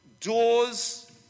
doors